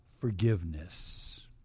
forgiveness